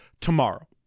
tomorrow